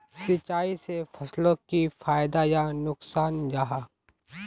सिंचाई से फसलोक की फायदा या नुकसान जाहा?